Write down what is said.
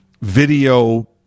video